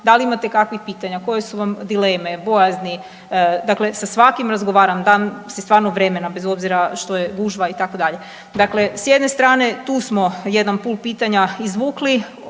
da li imate kakvih pitanja, koje su vam dileme, bojazni, dakle sa svakim razgovaram, dam si stvarno vremena, bez obzira što je gužva, itd. Dakle s jedne strane tu smo jedan .../Govornik